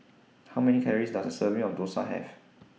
How Many Calories Does A Serving of Dosa Have